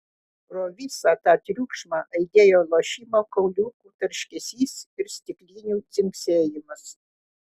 pro visą tą triukšmą aidėjo lošimo kauliukų tarškesys ir stiklinių dzingsėjimas